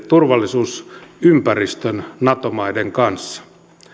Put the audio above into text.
turvallisuusympäristön nato maiden kanssa